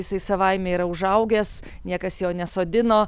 jisai savaime yra užaugęs niekas jo nesodino